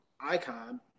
Icon